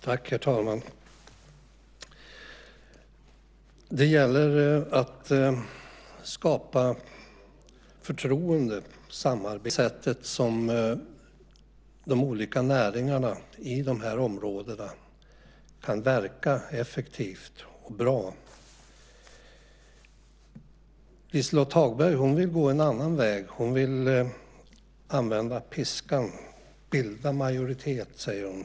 Herr talman! Det gäller att skapa förtroende och samarbete. Det är på det sättet som de olika näringarna i de här områdena kan verka effektivt och bra. Liselott Hagberg vill gå en annan väg. Hon vill använda piskan. Bilda majoritet, säger hon.